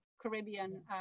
Caribbean